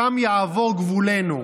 שם יעבור גבולנו.